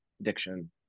addiction